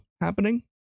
happening